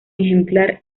ejemplar